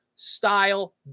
style